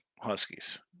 Huskies